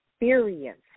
experience